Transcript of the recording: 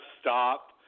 stop